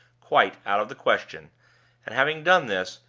quite out of the question and, having done this,